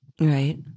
Right